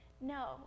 No